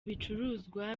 bicuruzwa